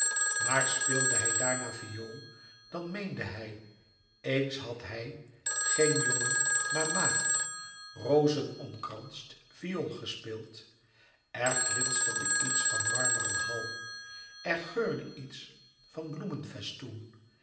maar speelde hij daarna viool dan meende hij eens had hij geen jongen maar maagd rozenomkransd viool gespeeld er glinsterde iets van marmeren hal er geurde iets van